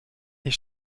est